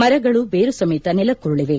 ಮರಗಳು ಬೇರು ಸಮೇತ ನೆಲಕ್ಕುರುಳವೆ